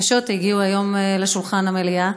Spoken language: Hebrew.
קשות, הגיעו היום לשולחן המליאה.